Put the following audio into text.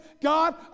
God